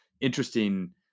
interesting